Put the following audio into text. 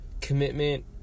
commitment